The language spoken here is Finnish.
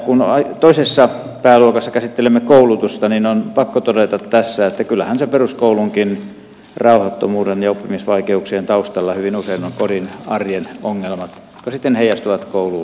kun toisessa pääluokassa käsittelimme koulutusta niin on pakko todeta tässä että kyllähän peruskoulunkin rauhattomuuden ja oppimisvaikeuksien taustalla hyvin usein ovat kodin arjen ongelmat jotka sitten heijastuvat kouluun